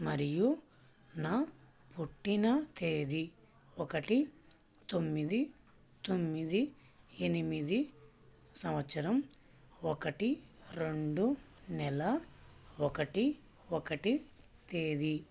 మరియు నా పుట్టిన తేదీ ఒకటి తొమ్మిది తొమ్మిది ఎనిమిది సంవత్సరం ఒకటి రెండు నెల ఒకటి ఒకటి తేదీ